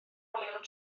olion